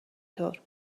طور